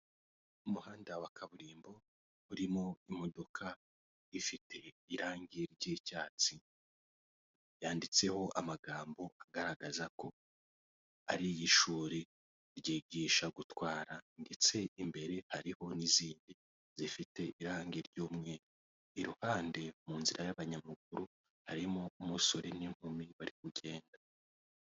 Umuhanda wa kaburimbo urimo imodoka ifite irangi ry'icyatsi, yanditseho amagambo agaragaza ko ari iy'ishuri ryigisha gutwara ndetse imbere hariho n'izindi zifite irangi ry'umweru, iruhande mu nzira y'abanyamaguru harimo umusore n'inkumi bari kugenda.